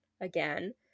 again